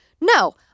No